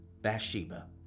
Bathsheba